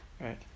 right